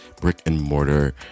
brick-and-mortar